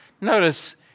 Notice